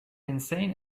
insane